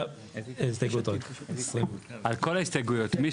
על כל ההסתייגויות,